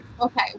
Okay